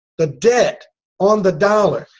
the debt on the dollar.